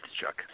Chuck